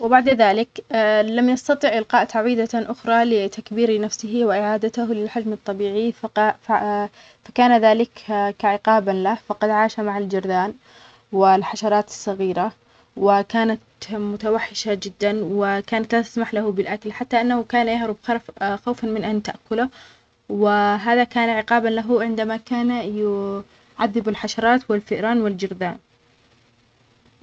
في أحد الأيام، صغَّر ساحر نفسه عن طريق الخطأ وهو جرب تعويذة جديدة. صار بحجم حشرة صغيرة وما قدر يرجع لحجمه الطبيعي. بدأ يدور عن حل في عالمه الجديد اللي كان مليان مخاطر. وفي رحلته، اكتشف قوى جديدة ما كان يعرف عنها شيء من قبل.